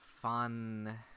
fun